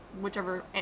whichever